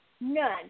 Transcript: None